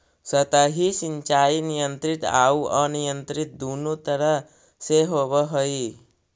सतही सिंचाई नियंत्रित आउ अनियंत्रित दुनों तरह से होवऽ हइ